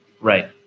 Right